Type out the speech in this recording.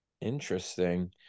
Interesting